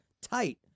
tight